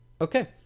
Okay